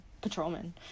patrolman